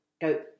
go